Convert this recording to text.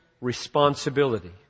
responsibility